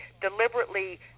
deliberately